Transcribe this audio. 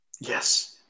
Yes